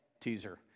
teaser